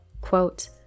Quote